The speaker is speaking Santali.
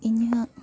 ᱤᱧᱟᱹᱜ